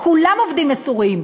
כולם עובדים מסורים,